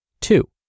Two